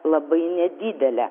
labai nedidelė